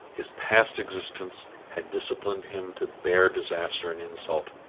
his past existence had disciplined him to bear disaster and insult,